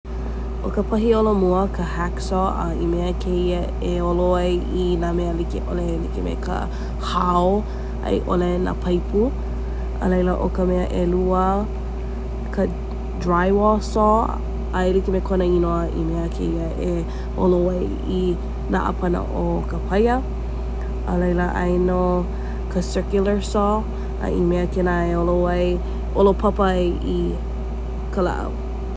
‘O ka pahiolo mua ka hacksaw a i mea kēia e olo ai i nā mea like ’ole e like ma ka hao a i ‘ole nā paipū. A laila o ka mea ‘elua ka drywall saw a e like me kona inoa, i mea kēia e olo ai i nā ‘āpana o ka paia. A laila aia nō ka circular saw, a i mea kēnā e olo ai- e olo papa ai i ka lā’au.